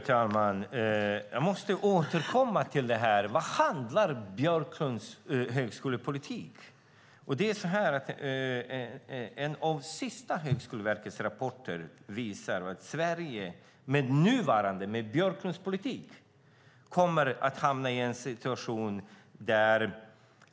Fru talman! Jag måste återkomma till vad Björklunds högskolepolitik handlar om. En av de senaste rapporterna från Högskoleverket visar att Sverige med Björklunds politik kommer att hamna i en situation där